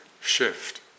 Shift